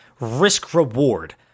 risk-reward